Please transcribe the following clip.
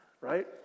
Right